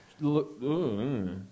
Look